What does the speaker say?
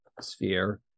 sphere